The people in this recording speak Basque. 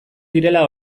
direla